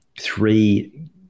three